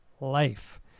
life